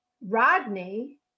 Rodney